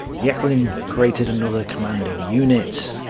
jeckeln created another commando unit.